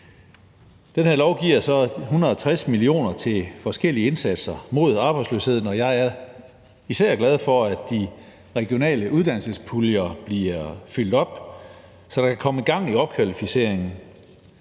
vil man så give 160 mio. kr. til forskellige indsatser mod arbejdsløsheden, og jeg er især glad for, at de regionale uddannelsespuljer bliver fyldt op, så der kan komme gang i opkvalificeringen.